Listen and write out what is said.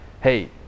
Hey